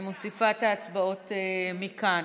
אני מוסיפה את ההצבעות מכאן.